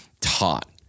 taught